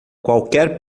qualquer